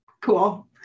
cool